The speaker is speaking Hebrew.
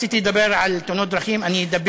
רציתי לדבר על תאונות דרכים, אני אדבר,